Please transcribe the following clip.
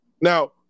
Now